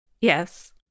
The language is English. Yes